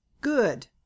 Good